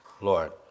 Lord